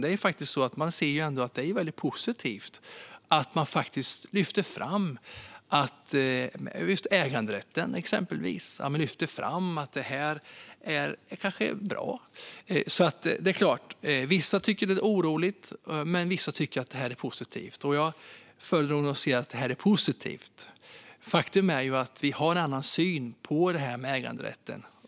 Det är faktiskt så att man ser att det ändå är väldigt positivt att exempelvis äganderätten lyfts fram. Man lyfte fram att det kanske är bra. Vissa tycker att det är oroligt, men vissa tycker att det är positivt. Jag anser att det är positivt. Faktum är att vi har en annan syn på äganderätten.